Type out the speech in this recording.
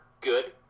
good